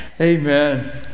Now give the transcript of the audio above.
Amen